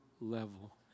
level